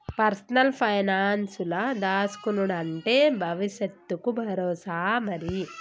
personal పైనాన్సుల దాస్కునుడంటే బవుసెత్తకు బరోసా మరి